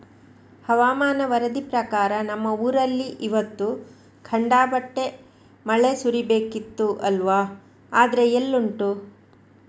ಹವಾಮಾನ ವರದಿ ಪ್ರಕಾರ ನಮ್ಮ ಊರಲ್ಲಿ ಇವತ್ತು ಖಂಡಾಪಟ್ಟೆ ಮಳೆ ಸುರೀಬೇಕಿತ್ತು ಅಲ್ವಾ ಆದ್ರೆ ಎಲ್ಲುಂಟು